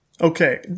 Okay